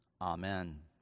Amen